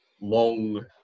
long